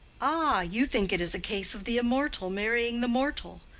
ah, you think it is a case of the immortal marrying the mortal.